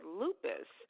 lupus